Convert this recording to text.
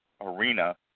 arena